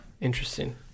Interesting